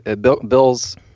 Bills